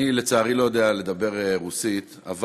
אני חושבת שגם